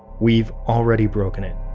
we've already broken it.